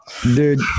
Dude